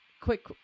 quick